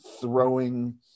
throwing